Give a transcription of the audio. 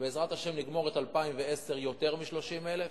ובעזרת השם נגמור את 2010 ביותר מ-30,000,